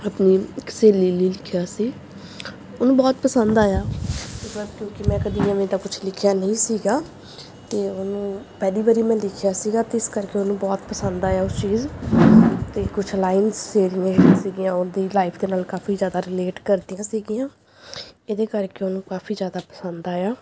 ਆਪਣੀ ਇੱਕ ਸਹੇਲੀ ਲਈ ਲਿਖਿਆ ਸੀ ਉਹਨੂੰ ਬਹੁਤ ਪਸੰਦ ਆਇਆ ਕਿਉਂਕਿ ਮੈਂ ਕਦੀ ਐਵੇਂ ਦਾ ਕੁਛ ਲਿਖਿਆ ਨਹੀਂ ਸੀਗਾ ਅਤੇ ਉਹਨੂੰ ਪਹਿਲੀ ਵਾਰੀ ਮੈਂ ਲਿਖਿਆ ਸੀਗਾ ਅਤੇ ਇਸ ਕਰਕੇ ਉਹਨੂੰ ਬਹੁਤ ਪਸੰਦ ਆਇਆ ਉਸ ਚੀਜ਼ ਅਤੇ ਕੁਛ ਲਾਇਨਸ ਜਿਹੜੀਆਂ ਸੀਗੀਆਂ ਉਹਦੀ ਲਾਈਫ ਦੇ ਨਾਲ ਕਾਫ਼ੀ ਜ਼ਿਆਦਾ ਰਿਲੇਟ ਕਰਦੀਆਂ ਸੀਗੀਆਂ ਇਹਦੇ ਕਰਕੇ ਉਹਨੂੰ ਕਾਫ਼ੀ ਜ਼ਿਆਦਾ ਪਸੰਦ ਆਇਆ